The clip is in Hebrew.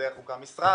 בדרך הוקם משרד,